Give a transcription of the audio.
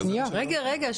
רגע.